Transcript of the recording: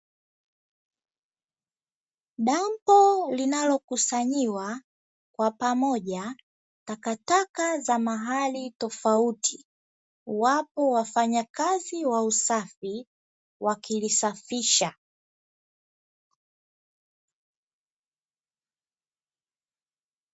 Dampo linalokusanyiwa kwa pamoja, takataka za mahali tofauti. Wapo wafanyakazi wa usafi wakilisafisha.